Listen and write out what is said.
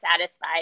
satisfied